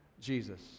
Jesus